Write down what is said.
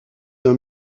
d’un